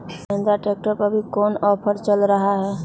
Mahindra tractor पर अभी कोन ऑफर चल रहा है?